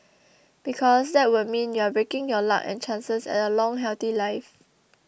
because that would mean you're breaking your luck and chances at a long healthy life